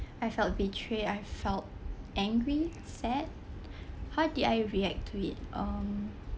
I felt betrayed I felt angry sad how did I react to it um